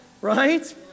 right